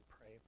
pray